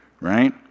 right